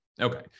okay